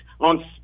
on